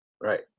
Right